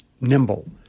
nimble